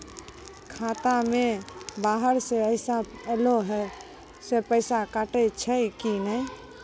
खाता मे बाहर से पैसा ऐलो से पैसा कटै छै कि नै?